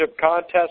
contest